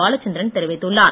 பாலச்சந்திரன் தெரிவித்துள்ளார்